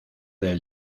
del